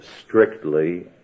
strictly